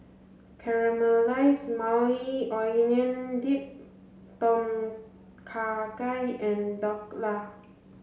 Caramelized Maui Onion Dip Tom Kha Gai and Dhokla